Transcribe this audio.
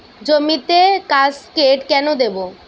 জমিতে কাসকেড কেন দেবো?